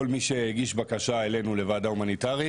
כל מי שהגיש בקשה אלינו לוועדה הומניטרית,